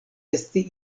esti